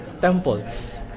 temples